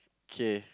okay